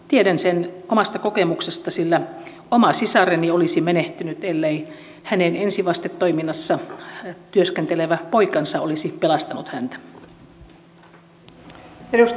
tiedän sen omasta kokemuksestani sillä oma sisareni olisi menehtynyt ellei hänen ensivastetoiminnassa työskentelevä poikansa olisi pelastanut häntä